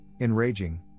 enraging